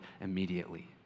immediately